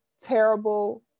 terrible